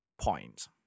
point